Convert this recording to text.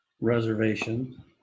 reservation